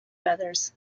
feathers